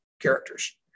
characters